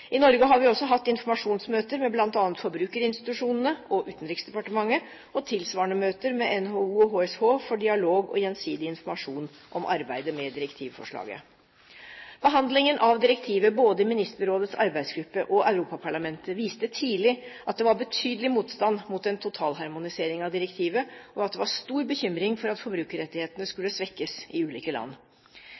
I Norge har vi også hatt informasjonsmøter med bl.a. forbrukerinstitusjonene og Utenriksdepartementet og tilsvarende møter med NHO og HSH for dialog og gjensidig informasjon om arbeidet med direktivforslaget. Behandlingen av direktivet både i Ministerrådets arbeidsgruppe og i Europaparlamentet viste tidlig at det var betydelig motstand mot en totalharmonisering av direktivet, og at det var en stor bekymring for at forbrukerrettighetene skulle svekkes i ulike land.